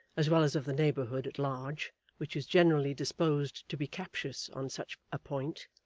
as well as of the neighbourhood at large, which is generally disposed to be captious on such a point,